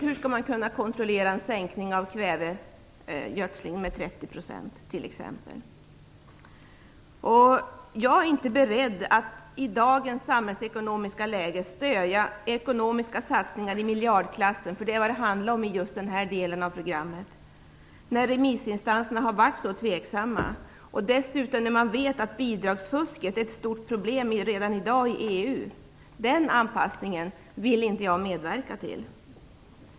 Hur skall man kunna kontrollera en sänkning av t.ex. kvävegödslingen med 30 %? Jag är inte beredd att i dagens samhällsekonomiska läge stödja ekonomiska satsningar i miljardklassen när remissinstanserna har varit så tveksamma. Det är vad det har handlat om i just den delen av programmet. Dessutom vet vi att bidragsfusket redan i dag är ett stort problem i EU. Den anpassningen vill jag inte medverka till.